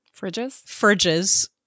Fridges